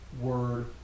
word